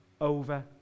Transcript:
over